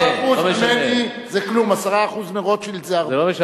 10% ממני זה כלום, 10% מרוטשילד זה הרבה.